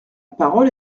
parole